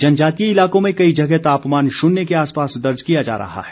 जनजातीय इलाकों में कई जगह तापमान शून्य के आसपास दर्ज किया जा रहा है